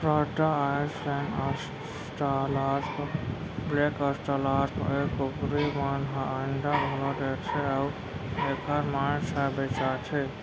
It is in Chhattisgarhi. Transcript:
रद्दा आइलैंड, अस्टालार्प, ब्लेक अस्ट्रालार्प ए कुकरी मन ह अंडा घलौ देथे अउ एकर मांस ह बेचाथे